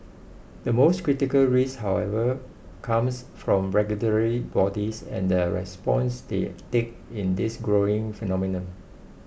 the most critical risk however comes from regulatory bodies and the response they take in this growing phenomenon